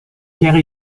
pierre